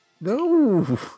No